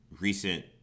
recent